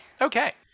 Okay